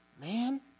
Man